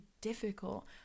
difficult